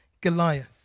Goliath